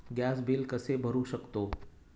Gas bill कसे भरू शकतो?